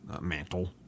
mantle